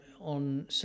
on